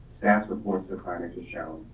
sas reports the financial shown.